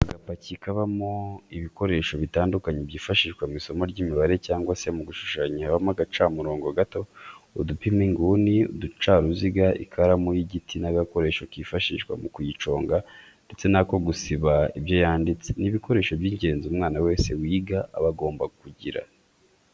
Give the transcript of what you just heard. Agapaki kabamo ibikoresho bitandukanye byifashishwa mu isomo ry'imibare cyangwa se mu gushushanya habamo agacamurongo gato, udupima inguni, uducaruziga, ikaramu y'igiti n'agakoresho kifashishwa mu kuyiconga ndetse n'ako gusiba ibyo yanditse, ni ibikoresho by'ingenzi umwana wese wiga aba agomba kugira.